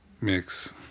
Mix